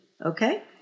Okay